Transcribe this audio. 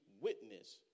witness